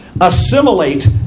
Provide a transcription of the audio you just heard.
assimilate